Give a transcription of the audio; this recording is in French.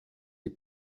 les